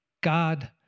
God